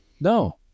No